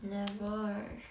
never